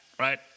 Right